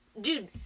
dude